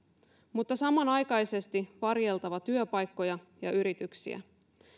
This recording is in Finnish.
mutta samanaikaisesti varjeltava työpaikkoja ja yrityksiä